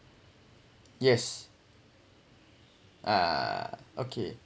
yes uh okay